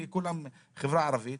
כי כולם חברה ערבית.